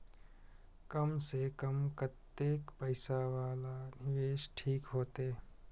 कम से कम कतेक पैसा वाला निवेश ठीक होते?